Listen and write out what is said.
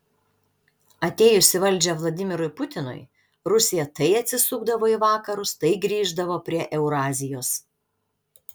atėjus į valdžią vladimirui putinui rusija tai atsisukdavo į vakarus tai grįždavo prie eurazijos